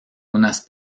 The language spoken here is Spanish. unas